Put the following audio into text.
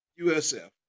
USF